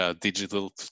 digital